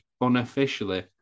unofficially